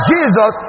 Jesus